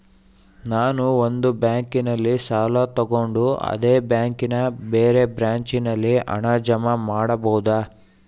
ನಾನು ಒಂದು ಬ್ಯಾಂಕಿನಲ್ಲಿ ಸಾಲ ತಗೊಂಡು ಅದೇ ಬ್ಯಾಂಕಿನ ಬೇರೆ ಬ್ರಾಂಚಿನಲ್ಲಿ ಹಣ ಜಮಾ ಮಾಡಬೋದ?